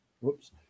Whoops